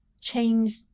change